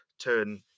turn